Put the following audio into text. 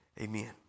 amen